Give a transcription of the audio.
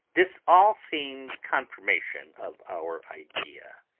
this all seems confirmation of our idea.